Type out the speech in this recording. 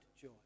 joy